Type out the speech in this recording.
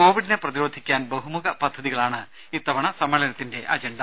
കോവിഡിനെ പ്രതിരോധിക്കാൻ ബഹുമുഖ പദ്ധതികളാണ് ഇത്തവണ സമ്മേളനത്തിന്റെ അജണ്ട